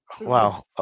wow